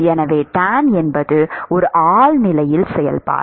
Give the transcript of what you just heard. எனவே tan என்பது ஒரு ஆழ்நிலை செயல்பாடு